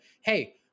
hey